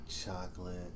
chocolate